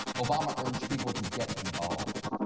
um um urged people to get involved.